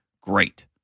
Great